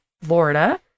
Florida